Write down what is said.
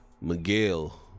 miguel